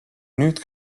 nüüd